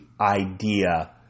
idea